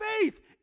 faith